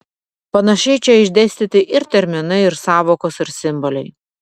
panašiai čia išdėstyti ir terminai ir sąvokos ir simboliai